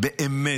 באמת,